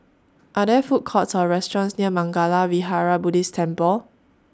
Are There Food Courts Or restaurants near Mangala Vihara Buddhist Temple